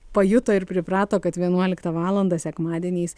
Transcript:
pajuto ir priprato kad vienuoliktą valandą sekmadieniais